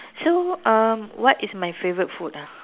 so um what is my favourite food ah